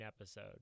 episode